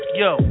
yo